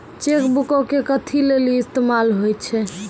Cheque बुको के कथि लेली इस्तेमाल होय छै?